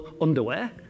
underwear